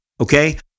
Okay